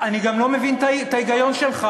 אני גם לא מבין את ההיגיון שלך,